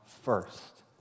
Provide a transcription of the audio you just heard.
first